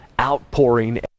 outpouring